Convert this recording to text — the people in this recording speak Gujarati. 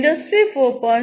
ઇન્ડસ્ટ્રી 4